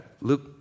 Luke